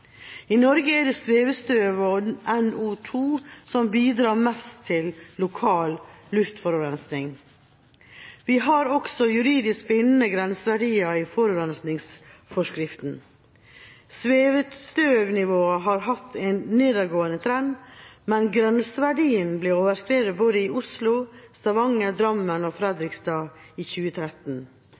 er det svevestøv og NO2 som bidrar mest til lokal luftforurensning. Vi har også juridisk bindende grenseverdier i forurensningsforskriften. Svevestøvnivået har hatt en nedadgående trend, men grenseverdien ble overskredet både i Oslo, Stavanger, Drammen og Fredrikstad i 2013.